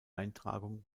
eintragung